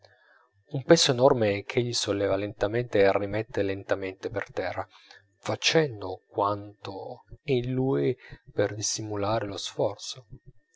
un peso enorme ch'egli solleva lentamente e rimette lentamente per terra facendo quanto è in lui per dissimulare lo sforzo